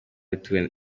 ituwe